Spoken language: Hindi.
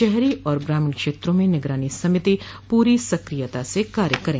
शहरी और ग्रामीण क्षेत्रों में निगरानी समिति पूरी सक्रियता से कार्य करें